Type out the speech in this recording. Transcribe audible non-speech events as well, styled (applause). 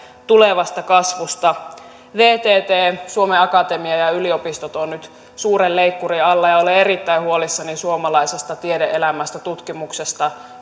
tulevasta kasvusta vtt suomen akatemia ja yliopistot ovat nyt suuren leikkurin alla ja olen erittäin huolissani suomalaisesta tiede elämästä tutkimuksesta (unintelligible)